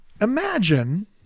Imagine